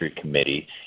committee